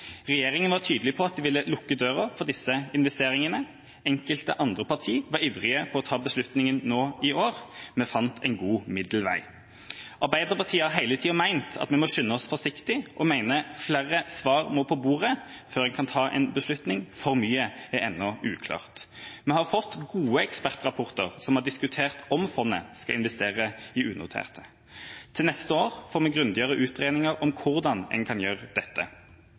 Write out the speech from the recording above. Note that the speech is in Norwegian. var tydelig på at de ville lukke døra for disse investeringene. Enkelte andre partier var ivrige på å ta beslutningen nå i år. Vi fant en god middelvei. Arbeiderpartiet har hele tida ment at vi må skynde oss forsiktig, og at flere svar må på bordet før en kan ta en beslutning. For mye er ennå uklart. Vi har fått gode ekspertrapporter som har diskutert om fondet skal investere i unoterte. Til neste år får vi grundigere utredninger om hvordan en kan gjøre dette.